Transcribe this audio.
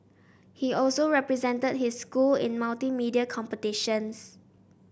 he also represented his school in multimedia competitions